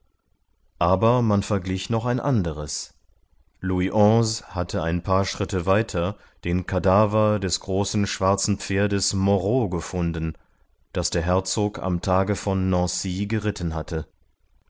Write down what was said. aber man verglich noch anderes louis onze hatte ein paar schritte weiter den kadaver des großen schwarzen pferdes moreau gefunden das der herzog am tage von nancy geritten hatte